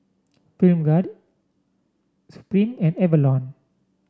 Film God Supreme and Avalon